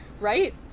right